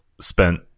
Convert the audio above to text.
spent